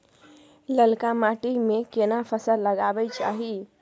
ललका माटी में केना फसल लगाबै चाही?